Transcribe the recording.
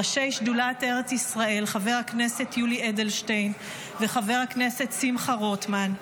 ראשי שדולת ארץ ישראל חבר הכנסת יולי אדלשטיין וחבר הכנסת שמחה רוטמן,